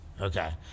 Okay